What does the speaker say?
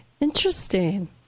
Interesting